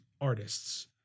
artists